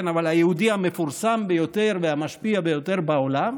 היהודי המפורסם ביותר והמשפיע ביותר בעולם,